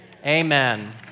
Amen